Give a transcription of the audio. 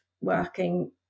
working